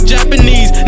Japanese